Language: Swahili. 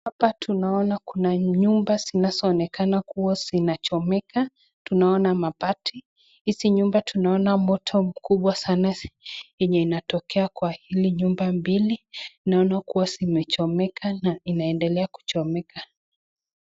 Hapa tunaona kuna nyumba zinazoonekana kuwa zinachomeka. Tunaona mabati. Hizi nyumba tunaona moto mkubwa sana yenye inatokea kwa hili nyumba mbili. Naona kuwa zimechomeka na inaendelea kuchomeka.